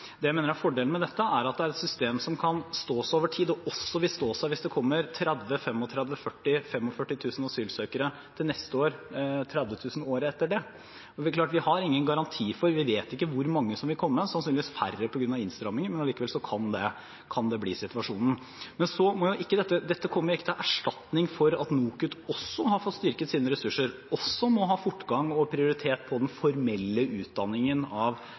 Det jeg mener er fordelen med dette, er at det er et system som kan stå seg over tid, og også vil stå seg hvis det kommer 30 000–45 000 asylsøkere til neste år, og 30 000 året etter det. Vi vet ikke hvor mange som vil komme, sannsynligvis færre på grunn av innstramminger, men allikevel kan det bli situasjonen. Dette kommer jo ikke til erstatning for at NOKUT også har fått styrket sine ressurser, også må ha fortgang og prioritet på den formelle godkjennelsen av